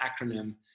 acronym